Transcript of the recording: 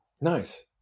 Nice